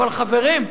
אבל, חברים,